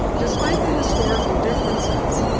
despite the historical differences,